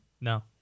No